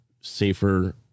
safer